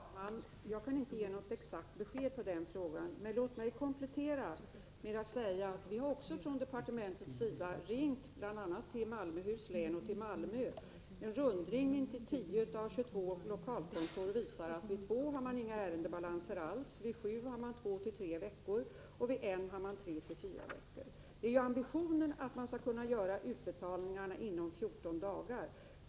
Herr talman! Jag kan inte ge något exakt besked på denna fråga. Låt mig komplettera med att tala om att departementet har ringt till bl.a. Malmöhus län och till Malmö. En rundringning till tio av tjugotvå lokalkontor visar att det vid två kontor inte finns någon ärendebalans alls, att väntetiden vid sju är två till tre veckor och vid ett kontor tre till fyra veckor. Ambitionen är den att utbetalningarna skall kunna göras inom 14 dagar.